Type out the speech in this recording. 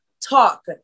talk